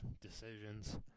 decisions